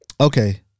Okay